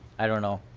i don't know.